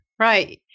Right